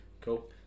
cool